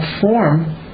form